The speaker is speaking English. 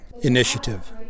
initiative